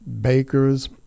bakers